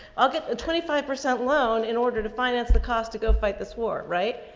i'll get a twenty five percent loan in order to finance the cost to go fight this war. right.